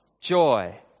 joy